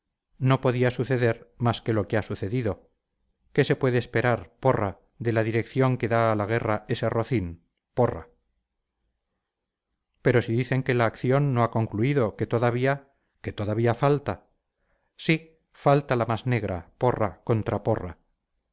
no podía suceder más que lo que ha sucedido qué se puede esperar porra de la dirección que da a la guerra ese rocín porra pero si dicen que la acción no ha concluido que todavía que todavía falta sí falta la más negra porra